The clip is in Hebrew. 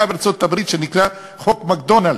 לדבר חקיקה בארצות-הברית, שנקרא "חוק מקדונלד'ס",